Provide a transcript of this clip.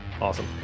awesome